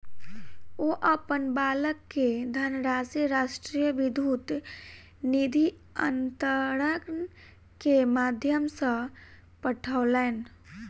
ओ अपन बालक के धनराशि राष्ट्रीय विद्युत निधि अन्तरण के माध्यम सॅ पठौलैन